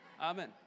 Amen